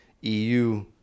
EU